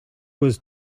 was